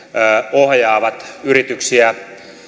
ohjaavat yrityksiä